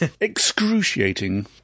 excruciating